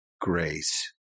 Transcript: grace